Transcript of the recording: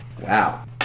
Wow